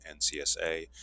NCSA